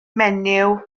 menyw